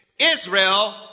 Israel